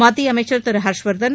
மத்திய அமைச்சர் திரு ஹர்ஷ்வர்தன்